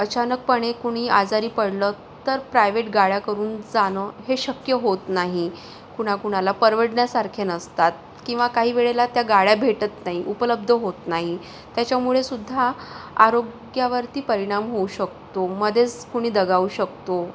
अचानकपणे कुणी आजारी पडलं तर प्रायव्हेट गाड्या करून जाणं हे शक्य होत नाही कुणाकुणाला परवडण्यासारखे नसतात किंवा काही वेळेला त्या गाड्या भेटत नाही उपलब्ध होत नाही त्याच्यामुळे सुद्धा आरोग्यावरती परिणाम होऊ शकतो मध्येच कुणी दगावू शकतो